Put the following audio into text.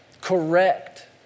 correct